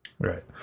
Right